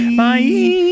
bye